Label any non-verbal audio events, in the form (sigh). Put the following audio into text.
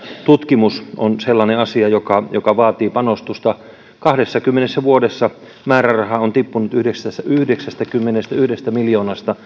tutkimus on sellainen asia joka joka vaatii panostusta kahdessakymmenessä vuodessa määräraha on tippunut yhdeksästäkymmenestäyhdestä miljoonasta (unintelligible)